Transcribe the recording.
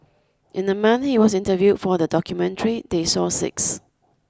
in the month he was interviewed for the documentary they saw six